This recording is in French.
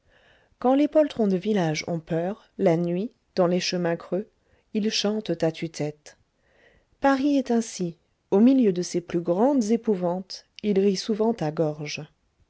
quand les poltrons de village ont peur la nuit dans les chemins creux ils chantent à tue-tête paris est ainsi au milieu de ses plus grandes épouvantes il rit souvent à gorge